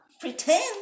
pretend